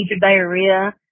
diarrhea